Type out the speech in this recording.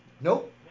Nope